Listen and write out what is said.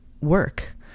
work